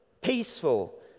peaceful